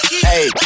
Hey